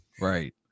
Right